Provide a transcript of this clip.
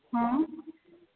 हँ